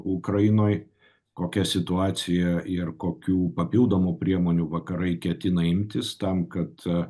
ukrainoj kokia situacija ir kokių papildomų priemonių vakarai ketina imtis tam kad